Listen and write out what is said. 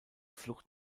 flucht